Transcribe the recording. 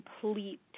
complete